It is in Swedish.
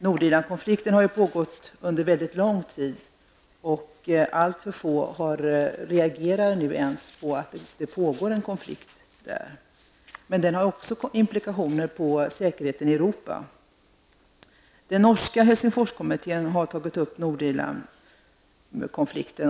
Nordirlandkonflikten har pågått under mycket lång tid, och alltför få reagerar nu ens på att det pågår en konflikt där. Men den har också impliktioner på säkerheten i Europa. Den norska Helsingforskommittén har tagit upp Nordirlandkonflikten.